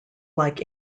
like